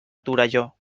torelló